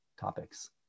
topics